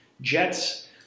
Jets